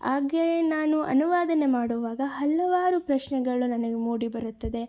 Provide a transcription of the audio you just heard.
ಹಾಗೇ ನಾನು ಅನುವಾದ ಮಾಡುವಾಗ ಹಲವಾರು ಪ್ರಶ್ನೆಗಳು ನನಗೆ ಮೂಡಿಬರುತ್ತದೆ